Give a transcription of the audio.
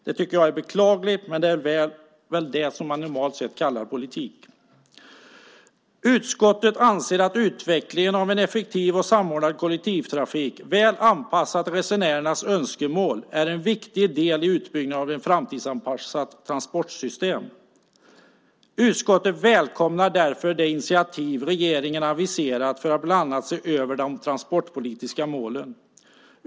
Det tycker jag är beklagligt, men det är väl det man kallar politik. Utskottet anser att utvecklingen av en effektiv och samordnad kollektivtrafik väl anpassad till resenärernas önskemål är en viktig del i utbyggnaden av ett framtidsanpassat transportsystem. Utskottet välkomnar därför det initiativ som regeringen har aviserat för att bland annat se över de transportpolitiska målen.